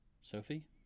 Sophie